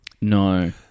No